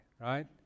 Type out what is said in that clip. right